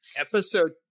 episode